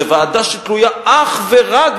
זו ועדה שתלויה אך ורק,